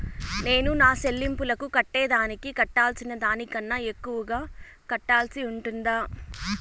నేను నా సెల్లింపులకు కట్టేదానికి కట్టాల్సిన దానికన్నా ఎక్కువగా కట్టాల్సి ఉంటుందా?